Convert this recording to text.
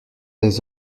des